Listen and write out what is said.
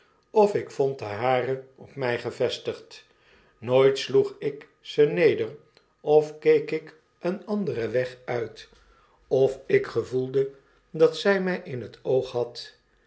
of ik vond de hare op mil gevestigd nooit sloeg ik ze neder of keek ik een anderen weg uit of ik gevoelde dat zy my in het oog had